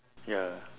ya